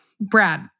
Brad